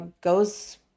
goes –